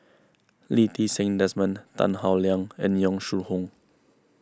Lee Ti Seng Desmond Tan Howe Liang and Yong Shu Hoong